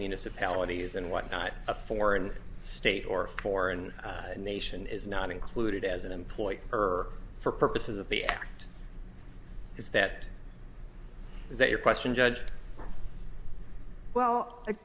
municipalities and whatnot a foreign state or foreign nation is not included as an employer her for purposes of the act is that was that your question judge well